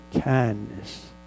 kindness